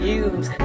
use